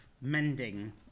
mending